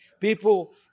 People